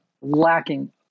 lacking